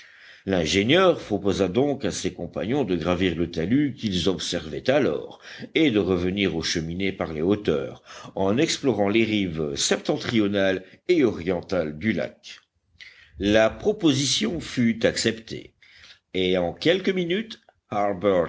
l'ingénieur proposa donc à ses compagnons de gravir le talus qu'ils observaient alors et de revenir aux cheminées par les hauteurs en explorant les rives septentrionales et orientales du lac la proposition fut acceptée et en quelques minutes